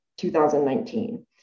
2019